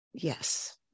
Yes